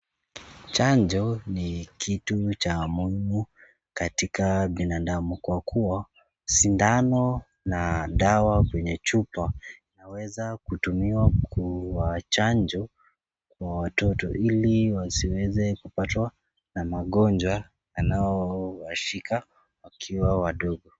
Chanjo ni kitu cha muhimu katika binadamu, kwa kuwa sindano na dawa kwenye chupa inaweza kutumiwa kuwachanjo watoto, ili wasiweze kupatwa na magonjwa yanayowashika wakiwa wadogo.